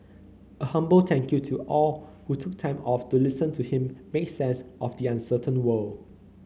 a humble thank you to all who took time off to listen to him make sense of the uncertain world